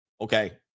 Okay